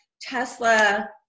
Tesla